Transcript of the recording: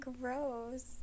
Gross